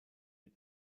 mit